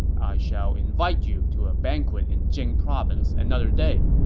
i shall invite you to a banquet in jing province another day,